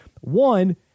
One